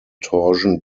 torsion